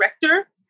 Director